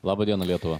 laba diena lietuva